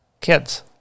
Kids